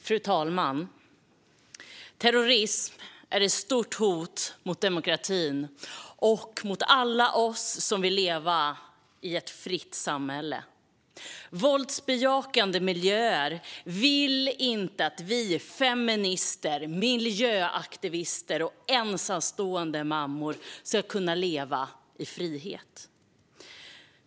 Fru talman! Terrorism är ett stort hot mot demokratin och mot alla oss som vill leva i ett fritt samhälle. I våldsbejakande miljöer vill man inte att vi feminister, miljöaktivister och ensamstående mammor ska kunna leva i frihet.